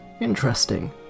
interesting